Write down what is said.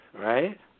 right